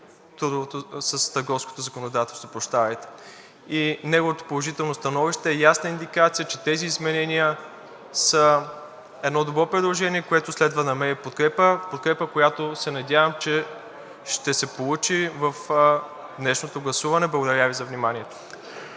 активно с търговското законодателство. Неговото положително становище е ясна индикация, че тези изменения са добро предложение, което следва да намери подкрепа. Подкрепа, която се надявам, че ще се получи в днешното гласуване. Благодаря Ви за вниманието.